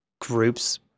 group's